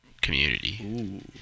community